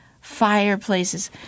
fireplaces